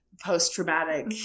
post-traumatic